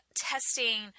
testing